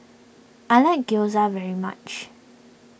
I like Gyoza very much